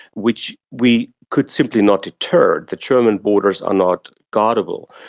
which we could simply not deter. the german borders are not guardable.